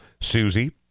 Susie